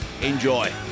Enjoy